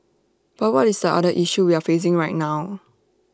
but what is the other issue we're facing right now